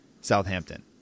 Southampton